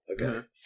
Okay